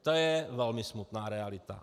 To je velmi smutná realita.